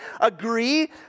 agree